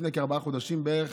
לפני כארבעה חודשים בערך,